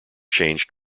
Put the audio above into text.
changed